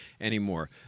anymore